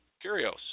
Curios